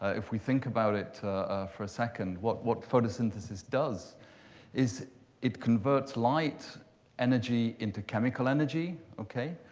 if we think about it for a second, what what photosynthesis does is it converts light energy into chemical energy. ok?